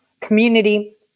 Community